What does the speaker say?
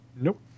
Nope